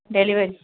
delivery